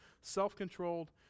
self-controlled